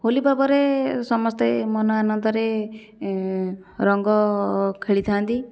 ହୋଲିପର୍ବରେ ସମସ୍ତେ ମନଆନନ୍ଦରେ ରଙ୍ଗ ଖେଳିଥାନ୍ତି